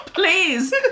Please